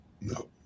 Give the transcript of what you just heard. no